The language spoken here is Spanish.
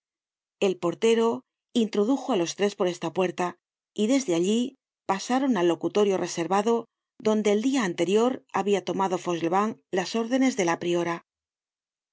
el portero introdujo á los tres por esta puerta y desde allí pasaron al locutorio reservado donde el dia anterior habia tomado fauchelevent las órdenes de la priora